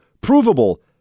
provable